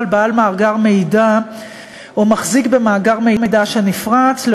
על בעל מאגר מידע או מחזיק במאגר מידע שנפרץ,